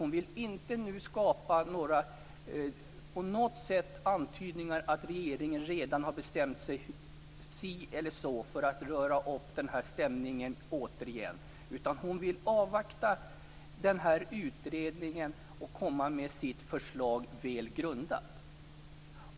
Hon vill nämligen inte på något sätt göra antydningar om att regeringen redan har bestämt si eller så, vilket återigen skulle röra upp stämningen, utan hon vill avvakta utredningen och komma med sitt förslag väl grundat.